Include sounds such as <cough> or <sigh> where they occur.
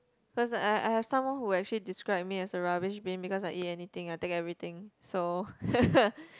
cause I I've someone who actually describe me as a rubbish bin because I eat anything I take everything so <laughs>